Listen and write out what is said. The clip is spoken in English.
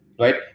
right